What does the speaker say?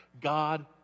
God